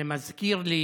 זה מזכיר לי